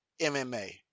MMA